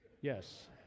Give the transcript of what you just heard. Yes